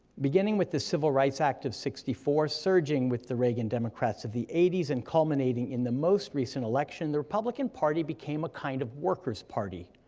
beginning with the civil rights act of sixty four, surging with the reagan democrats of the eighty s, and culminating in the most recent election, the republican party became a kind of worker's party,